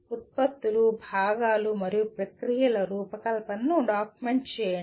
ఉత్పత్తులు భాగాలు మరియు ప్రక్రియల రూపకల్పనను డాక్యుమెంట్ చేయండి